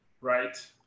right